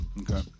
Okay